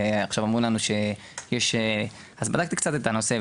ועכשיו אמרו לנו שיש --- אז בדקתי קצת את הנושא,